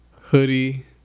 hoodie